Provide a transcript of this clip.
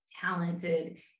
talented